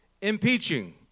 impeaching